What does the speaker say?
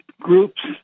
groups